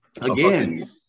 again